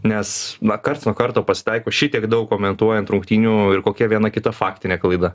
nes na karts nuo karto pasitaiko šitiek daug komentuojant rungtynių ir kokia viena kita faktinė klaida